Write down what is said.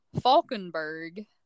Falkenberg